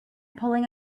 pulling